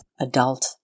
adult